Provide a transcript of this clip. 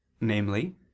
namely